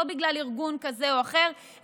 לא בגלל ארגון כזה או אחר,